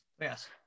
Yes